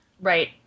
Right